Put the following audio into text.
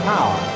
Power